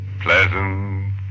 Pleasant